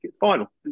final